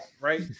right